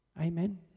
Amen